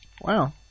Wow